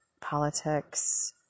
politics